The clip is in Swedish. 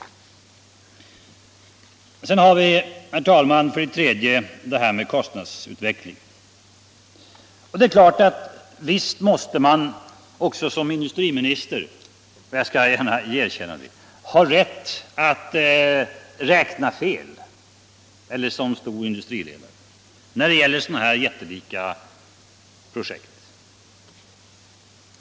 Sedan har vi, herr talman, kostnadsutvecklingen: Visst måste man ha rätt att räkna fel när det gäller sådana här jättelika projekt.